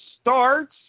starts